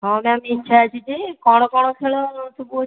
ହଁ ମ୍ୟାମ ଇଚ୍ଛା ଅଛି ଯେ କଣ କଣ ଖେଳସବୁ ଅଛି ସେଇଥିରେ